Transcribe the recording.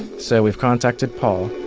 so we've contacted paul